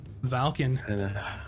Valken